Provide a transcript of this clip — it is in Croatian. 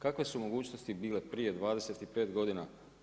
Kakve su mogućnosti bile prije 25 godina?